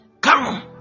Come